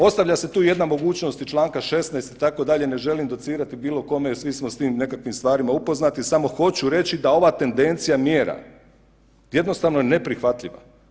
Ostavlja se tu jedna mogućnost i čl. 16. itd. ne želim docirati bilo kome jel svi smo s tim nekakvim stvarima upoznati, samo hoću reći da ova tendencija mjera jednostavno neprihvatljiva.